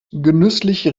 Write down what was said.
genüsslich